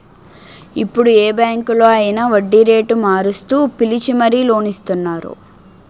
ఇప్పుడు ఏ బాంకులో అయినా వడ్డీరేటు మారుస్తూ పిలిచి మరీ లోన్ ఇస్తున్నారు